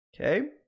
Okay